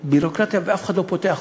בביורוקרטיה שאף אחד לא פותח.